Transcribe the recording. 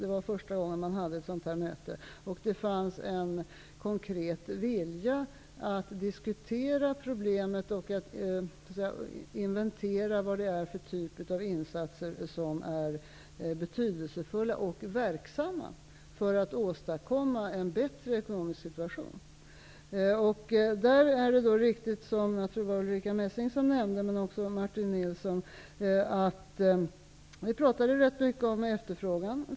Det var första gången man hade ett möte, och det fanns en konkret vilja att diskutera problemet och att inventera vilka insatser som är betydelsefulla och verksamma för att åstadkomma en bättre ekonomisk situation. Vi talade rätt mycket om efterfrågan.